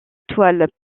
étoiles